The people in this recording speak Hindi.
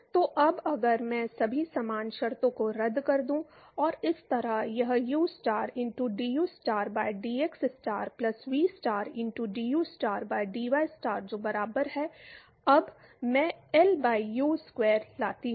तो अब अगर मैं सभी समान शर्तों को रद्द कर दूं और इस तरह यह ustar इनटू Duस्टार by dxstar plus vstar into Duस्टार by Dyस्टार जो बराबर है अब मैं L by U स्क्वेयर लाता हूं